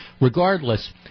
Regardless